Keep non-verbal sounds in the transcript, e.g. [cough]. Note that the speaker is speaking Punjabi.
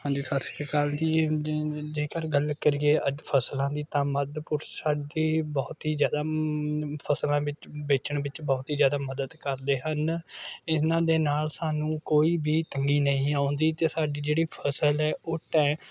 ਹਾਂਜੀ ਸਤਿ ਸ਼੍ਰੀ ਆਕਾਲ ਜੀ [unintelligible] ਜੇਕਰ ਗੱਲ ਕਰੀਏ ਅੱਜ ਫਸਲਾਂ ਦੀ ਤਾਂ ਮੱਧਪੁਰਸ਼ ਸਾਡੀ ਬਹੁਤ ਹੀ ਜ਼ਿਆਦਾ ਫਸਲਾਂ ਵਿੱਚ ਵੇਚਣ ਵਿੱਚ ਬਹੁਤ ਹੀ ਜ਼ਿਆਦਾ ਮਦਦ ਕਰਦੇ ਹਨ ਇਹਨਾਂ ਦੇ ਨਾਲ ਸਾਨੂੰ ਕੋਈ ਵੀ ਤੰਗੀ ਨਹੀਂ ਆਉਂਦੀ ਅਤੇ ਸਾਡੀ ਜਿਹੜੀ ਫਸਲ ਹੈ ਉਹ ਟੈ